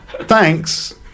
Thanks